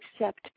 accept